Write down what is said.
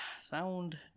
sound